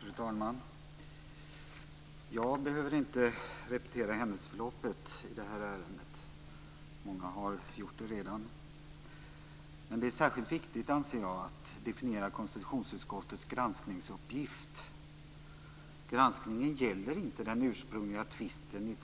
Fru talman! Jag behöver inte repetera händelseförloppet i det här ärendet eftersom många redan har gjort det. Men det är, anser jag, särskilt viktigt att definiera konstitutionsutskottets granskningsuppgift. Granskningen gäller inte den ursprungliga tvisten